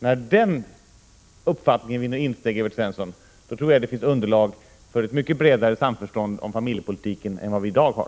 När den insikten vinner insteg, Evert Svensson, tror jag det finns underlag för ett mycket bredare samförstånd om familjepolitiken än vi i dag har.